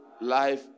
life